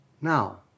Now